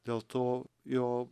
dėl to jo